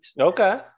Okay